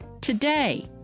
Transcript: today